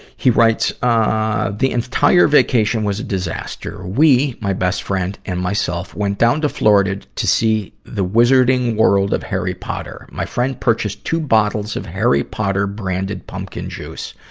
he writes, ah the entire vacation was a disaster. we my best friend and myself went down to florida to see the wizarding world of harry potter. my friend purchased two bottles of harry potter-branded pumpkin juice.